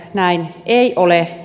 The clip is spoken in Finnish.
näin ei ole